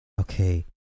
Okay